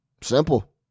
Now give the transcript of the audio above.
Simple